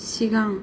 सिगां